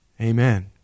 amen